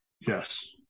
Yes